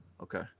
Okay